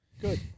Good